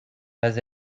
pas